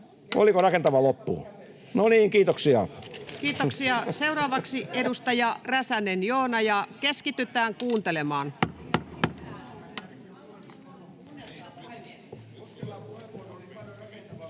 Olipa rakentava loppu. — No niin, kiitoksia. Kiitoksia. — Seuraavaksi edustaja Räsänen, Joona. — Keskitytään kuuntelemaan.